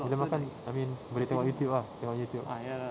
kita makan I mean boleh tengok youtube lah tengok youtube